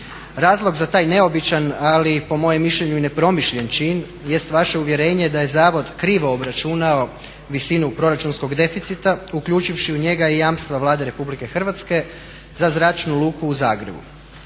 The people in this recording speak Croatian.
Razlog za taj neobičan ali po mojem mišljenju i nepromišljen čin jest vaše uvjerenje da je zavod krivo obračunao visinu proračunskog deficita uključivši u njega i jamstva Vlade RH za Zračnu luku u Zagrebu.